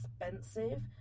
expensive